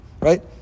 Right